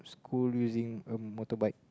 school using a motorcycle